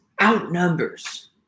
outnumbers